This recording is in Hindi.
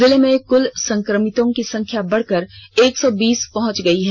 जिले में कुल संक्रमितों की संख्या बढ़कर एक सौ बीस पहुंच गई है